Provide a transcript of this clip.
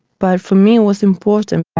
but for me it was important.